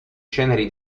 ceneri